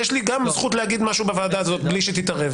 יש לי גם זכות להגיד משהו בוועדה הזאת בלי שתתערב.